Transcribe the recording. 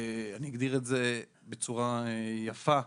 אני אגיד את זה בצורה יפה,